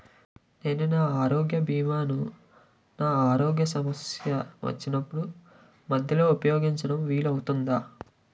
నేను నా ఆరోగ్య భీమా ను నాకు ఆరోగ్య సమస్య వచ్చినప్పుడు మధ్యలో ఉపయోగించడం వీలు అవుతుందా?